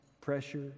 pressure